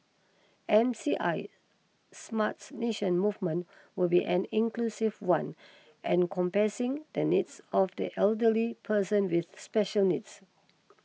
M C I smarts nation movement will be an inclusive one encompassing the needs of the elderly persons with special needs